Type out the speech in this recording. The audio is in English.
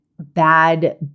Bad